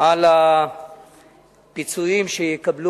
על הפיצויים שיקבל